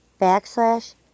backslash